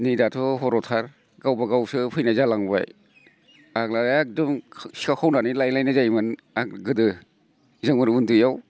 नै दाथ' खर'थार गावबा गावसो फैनाय जालांबाय आग्ला एखदम सिखाव खावनानै लायलायनाय जायोमोन गोदो जोंफोर उन्दैआव